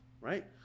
right